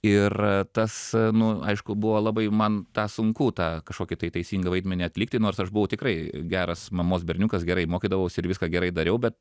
ir tas nu aišku buvo labai man tą sunku tą kažkokį tai teisingą vaidmenį atlikti nors aš buvau tikrai geras mamos berniukas gerai mokydavausi ir viską gerai dariau bet